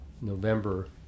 November